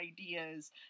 ideas